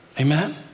Amen